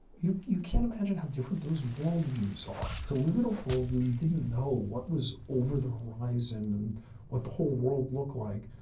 you you can't imagine how different those world views are. to live in a world where you didn't know what was over the horizon and what the whole world looked like,